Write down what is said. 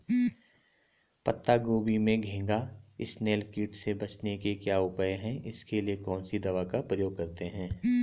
पत्ता गोभी में घैंघा इसनैल कीट से बचने के क्या उपाय हैं इसके लिए कौन सी दवा का प्रयोग करते हैं?